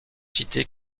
cités